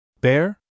Bear